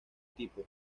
tipo